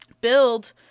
build